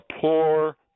poor